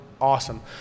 awesome